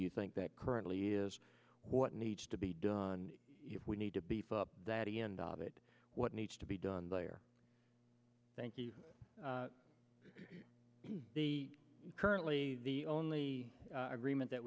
you think that currently is what needs to be done if we need to beef up daddy end of it what needs to be done there thank you the currently the only agreement that